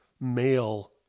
male